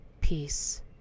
Peace